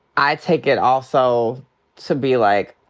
i take it also to be like,